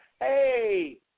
Hey